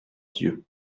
dieux